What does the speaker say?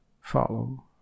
follow